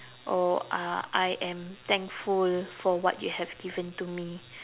or uh I am thankful for what you have given to me